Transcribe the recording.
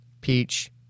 Peach